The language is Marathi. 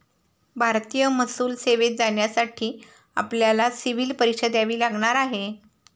भारतीय महसूल सेवेत जाण्यासाठी आपल्याला सिव्हील परीक्षा द्यावी लागणार आहे